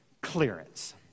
Clearance